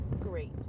Great